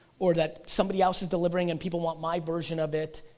or that somebody else is delivering, and people want my version of it,